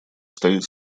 стоит